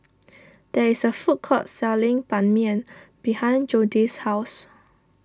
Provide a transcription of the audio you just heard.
there is a food court selling Ban Mian behind Jodi's house